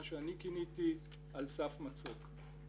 מה שאני כיניתי על סף מצוק.